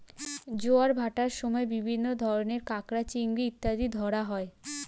জোয়ার ভাটার সময় বিভিন্ন ধরনের কাঁকড়া, চিংড়ি ইত্যাদি ধরা হয়